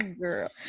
Girl